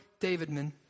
Davidman